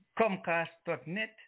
Comcast.net